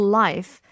life